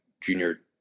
junior